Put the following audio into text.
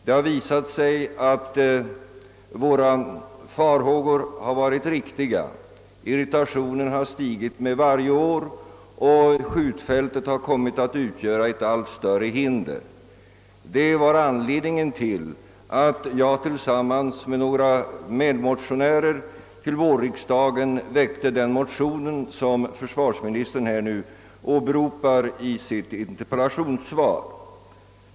Det har visat sig att våra farhågor varit riktiga, ty irritationen har stigit för varje år och skjutfältet har kommit att utgöra ett allt större hinder för allmänhetens friluftsliv. Detta var anled ningen till att jag tillsammans med några medmotionärer till vårriksdagen väckte den motion som försvarsministern nu åberopat i sitt interpellationssvar.